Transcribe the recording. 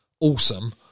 awesome